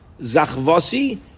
Zachvasi